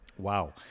Wow